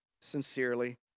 Sincerely